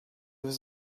was